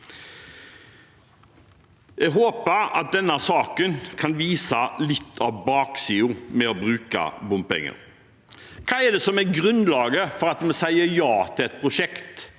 Jeg håper at denne saken kan vise litt av baksiden med å bruke bompenger. Hva er det som er grunnlaget for at vi sier ja til et prosjekt?